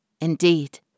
Indeed